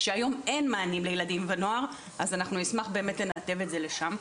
כשהיום אין מענים לילדים ונוער אז אנחנו באמת נשמח לנתב את זה לשם.